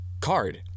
card